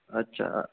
अच्छा